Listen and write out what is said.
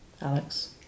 Alex